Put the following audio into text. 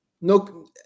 No